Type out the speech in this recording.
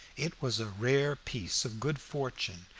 it was a rare piece of good fortune,